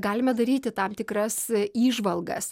galime daryti tam tikras įžvalgas